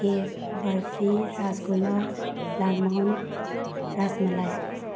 cake barfi rasgulla lal mohan rasmalai